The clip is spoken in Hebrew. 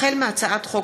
החל בהצעת חוק